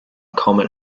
comet